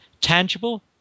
tangible